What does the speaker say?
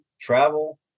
travel